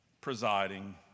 presiding